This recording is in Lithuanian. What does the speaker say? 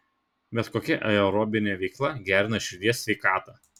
bet kokia aerobinė veikla gerina širdies sveikatą